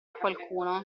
qualcuno